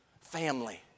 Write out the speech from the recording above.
Family